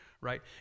right